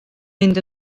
mynd